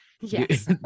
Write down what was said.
yes